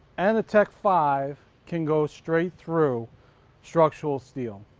and a tek five can go straight through structural steel.